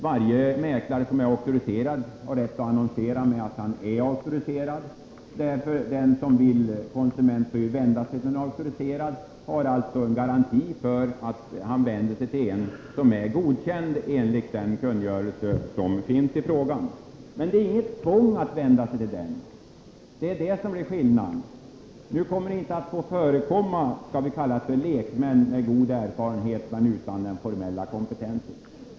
Varje mäklare som är auktoriserad har rätt att annonsera att han är auktoriserad, så att den som vill kan vända sig till just en auktoriserad mäklare och alltså garanteras att han får en mäklare som är godkänd enligt den kungörelse som finns i frågan. Det är dock inget tvång att vända sig till en sådan. Det är detta som är skillnaden. Nu kommer det inte att få förekomma lekmän — så kan vi kalla dem — med god erfarenhet men utan den formella kompetensen.